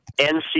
NC